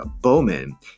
bowman